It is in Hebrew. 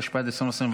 התשפ"ד 2024,